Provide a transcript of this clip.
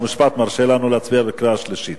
חוק ומשפט מרשה לנו להצביע בקריאה שלישית?